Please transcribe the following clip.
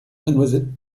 mademoiselle